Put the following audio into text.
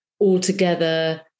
altogether